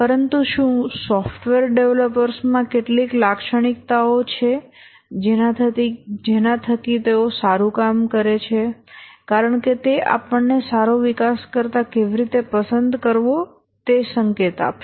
પરંતુ શું સોફ્ટવેર ડેવલપર્સમાં કેટલીક લાક્ષણિકતાઓ છે જેના થકી તેઓ સારું કામ કરે છે કારણ કે તે આપણને સારો વિકાસકર્તા કેવી રીતે પસંદ કરવો તે સંકેત આપશે